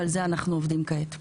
ועל זה אנחנו עובדים כעת.